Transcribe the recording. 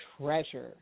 treasure